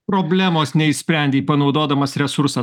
problemos neišsprendei panaudodamas resursą